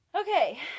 Okay